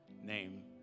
name